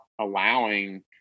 allowing